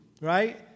right